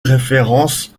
référence